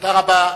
תודה רבה.